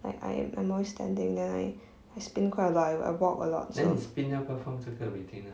like I am I'm always standing then I I spin quite a lot I I walk a lot also